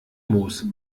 moos